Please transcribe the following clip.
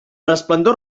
resplendor